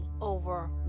over